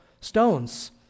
stones